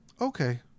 okay